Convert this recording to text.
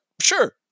sure